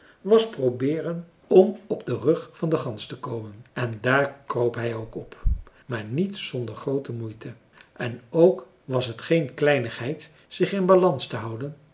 was probeeren om op den rug van den gans te komen en daar kroop hij ook op maar niet zonder groote moeite en ook was het geen kleinigheid zich in balans te houden